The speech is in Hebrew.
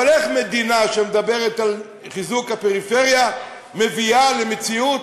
אבל איך מדינה שמדברת על חיזוק הפריפריה מביאה למציאות